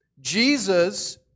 Jesus